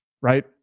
right